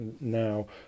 now